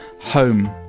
home